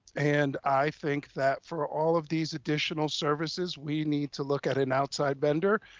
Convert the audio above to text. and i think that for all of these additional services, we need to look at an outside vendor,